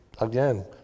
again